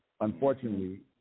Unfortunately